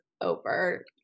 over